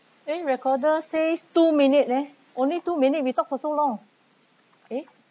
then recorder says two minute leh only two minute we talk for so long eh